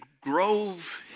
Grove